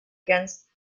against